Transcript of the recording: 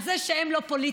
על זה שהם לא פוליטיים,